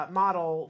model